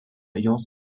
jos